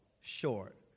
short